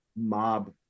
mob